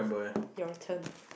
your turn